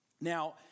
Now